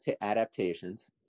adaptations